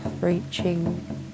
reaching